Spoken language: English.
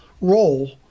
role